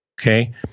Okay